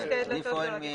דלתות משני הצדדים.